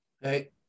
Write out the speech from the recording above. Hey